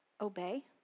obey